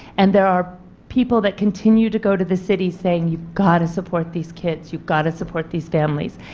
and there are people that continue to go to the city saying you've got to support these kids you got to support these families.